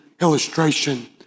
illustration